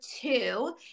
two